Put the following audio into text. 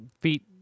feet